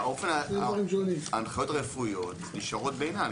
ההנחיות הרפואיות נשארות בעינן.